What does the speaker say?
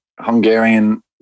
Hungarian